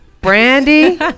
Brandy